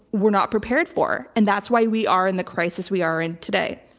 were not prepared for and that's why we are in the crisis we are in today.